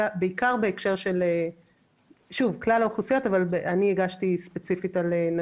בעיקר בהקשר של כלל האוכלוסיות; אני ספציפית הגשתי לגבי